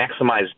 maximize